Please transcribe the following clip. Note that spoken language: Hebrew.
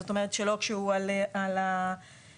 ולא כשהוא על המדרכה.